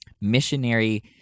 missionary